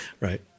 Right